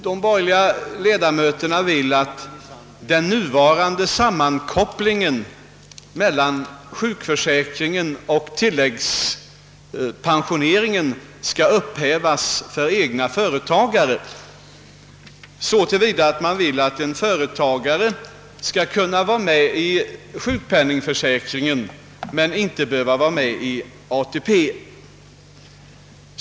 De borgerliga ledamöterna vill att den nuvarande sammankopplingen mellan sjukförsäkringen och tilläggspensioneringen skall upphävas för egna företagare så till vida, att dessa skulle kunna delta i sjukpenningförsäkringen men inte behöva vara med i ATP.